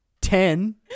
Ten